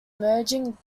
merging